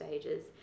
stages